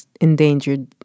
Endangered